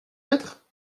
être